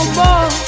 more